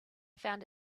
found